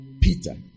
Peter